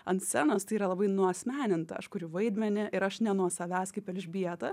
ant scenos tai yra labai nuasmeninta aš kuriu vaidmenį ir aš ne nuo savęs kaip elžbieta